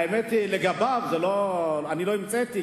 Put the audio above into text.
האמת היא שלגביו אני לא המצאתי,